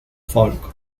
folk